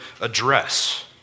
Address